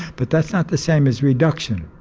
but that's not the same as reduction,